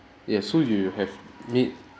yes so you have met